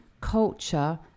culture